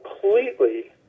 completely